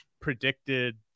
predicted